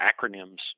acronyms